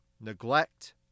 neglect